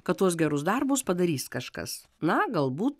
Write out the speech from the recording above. kad tuos gerus darbus padarys kažkas na galbūt